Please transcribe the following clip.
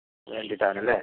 വേണ്ടിയിട്ടാണ് അല്ലേ